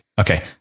Okay